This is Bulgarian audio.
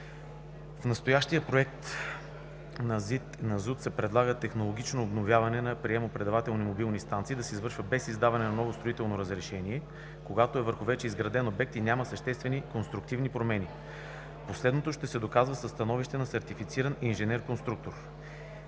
Законопроекта се предлага технологичното обновяване на приемо-предавателните мобилни станции да се извършва без издаване на ново строително разрешение, когато е върху вече изграден обект и няма съществени конструктивни промени. Последното ще се доказва със становище на сертифициран инженер-конструктор.